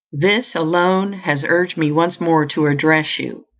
this alone has urged me once more to address you,